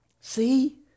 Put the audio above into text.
See